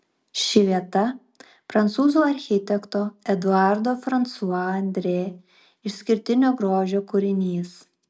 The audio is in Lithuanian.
ši vieta prancūzų architekto eduardo fransua andrė išskirtinio grožio kūrinys